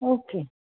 okay